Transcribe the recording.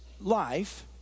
life